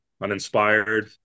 uninspired